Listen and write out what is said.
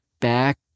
back